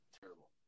Terrible